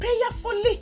prayerfully